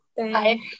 Hi